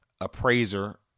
appraiser